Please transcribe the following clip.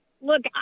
Look